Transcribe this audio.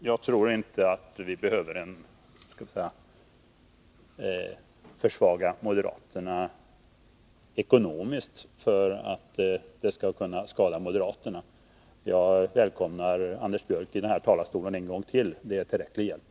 Jag tror inte att vi behöver försvaga moderaterna ekonomiskt för att skada dem. Jag välkomnar Anders Björck i talarstolen en gång till — det är tillräcklig hjälp.